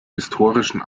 historischen